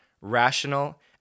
rational